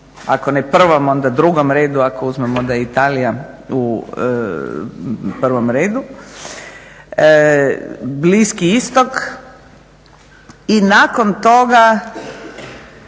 ako ne prvom, onda drugom redu, ako uzmemo da je Italija u prvom redu, Bliski Istok i nakon toga